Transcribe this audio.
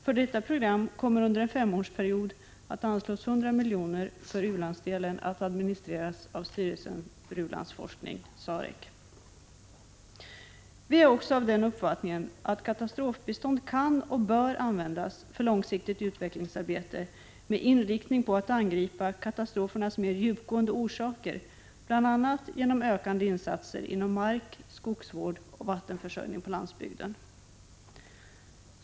Från detta program kommer under en femårsperiod att anslås 100 miljoner för u-landsdelen, att administreras av styrelsen för u-landsforskning . Vi har också den uppfattningen att katastrofbistånd kan och bör användas för långsiktigt utvecklingsarbete med inriktning på att angripa katastrofernas mer djupgående orsaker, bl.a. genom ökade insatser inom mark, skogsvård och vattenförsörjning på landsbygden.